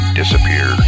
disappear